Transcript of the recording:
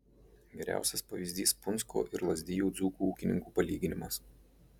geriausias pavyzdys punsko ir lazdijų dzūkų ūkininkų palyginimas